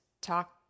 talk